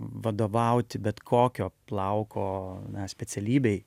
vadovauti bet kokio plauko specialybei